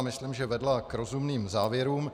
Myslím, že vedla k rozumným závěrům.